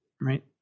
right